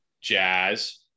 jazz